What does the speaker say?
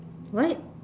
what